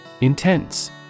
Intense